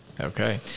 Okay